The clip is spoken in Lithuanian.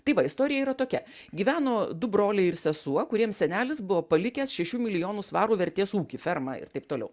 tai va istorija yra tokia gyveno du broliai ir sesuo kuriems senelis buvo palikęs šešių milijonų svarų vertės ūkį fermą ir taip toliau